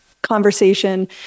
Conversation